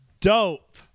dope